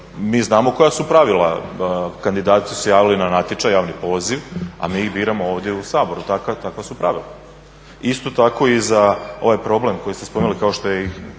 Mi znamo koja su pravila, kandidati su se javili na natječaj, javni poziv a mi ih biramo ovdje u Saboru takva su pravila. Isto tako i za ovaj problem koji ste spominjali, kao što je